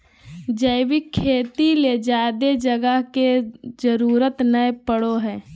जैविक खेती ले ज्यादे जगह के जरूरत नय पड़ो हय